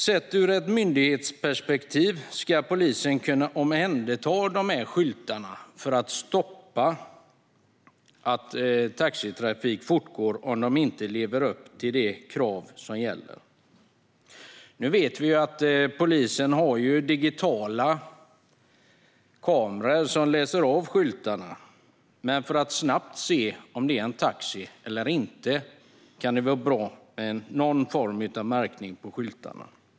Sett ur ett myndighetsperspektiv ska polisen kunna omhänderta de här skyltarna för att stoppa att taxitrafik fortgår om den inte lever upp till de krav som gäller. Vi vet att polisen har digitala kameror som läser av skyltarna, men för att snabbt se om det är en taxi eller inte kan det vara bra med någon form av märkning på skyltarna.